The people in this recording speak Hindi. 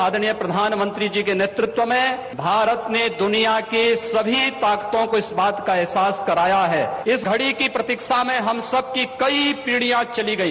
आदरणीय प्रधानमंत्री जी के नेतृत्व में भारत ने दुनिया के सभी ताकतों को इस बात का अहसास कराया है इस घड़ी की प्रतीक्षा में हम सबकी कई पीढ़ियां चली गई